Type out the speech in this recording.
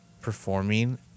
performing